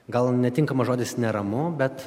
gal netinkamas žodis neramu bet